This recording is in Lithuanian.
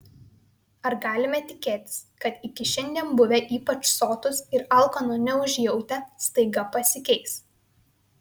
ar galime tikėtis kad iki šiandien buvę ypač sotūs ir alkano neužjautę staiga pasikeis